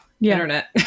internet